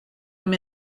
him